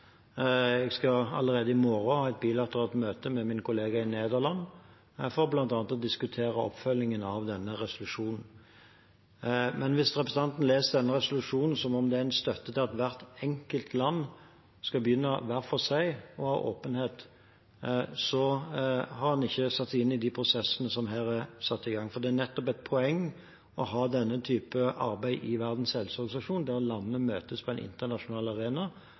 Jeg skal allerede i morgen ha et bilateralt møte med min kollega i Nederland for bl.a. å diskutere oppfølgingen av denne resolusjonen. Hvis representanten leser denne resolusjonen som om den er en støtte til at hvert enkelt land skal begynne å ha åpenhet hver for seg, har hun ikke satt seg inn i de prosessene som her er satt i gang. Det er nettopp et poeng å ha denne typen arbeid i Verdens helseorganisasjon, der landene møtes på en internasjonal arena